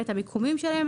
את המיקומים שלהם,